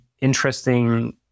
interesting